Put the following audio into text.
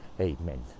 Amen